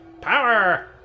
Power